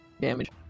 damage